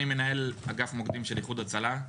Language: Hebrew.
אני מנהל אגף מוקדים של איחוד הצלה.